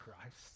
Christ